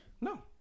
No